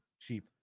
cheap